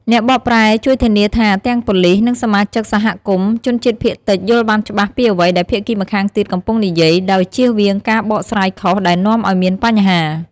អ្នកបកប្រែជួយធានាថាទាំងប៉ូលិស និងសមាជិកសហគមន៍ជនជាតិភាគតិចយល់បានច្បាស់ពីអ្វីដែលភាគីម្ខាងទៀតកំពុងនិយាយ ដោយជៀសវាងការបកស្រាយខុសដែលនាំឱ្យមានបញ្ហា។